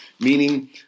Meaning